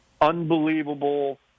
unbelievable